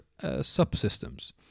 subsystems